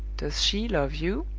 does she love you?